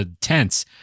tense